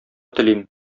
телим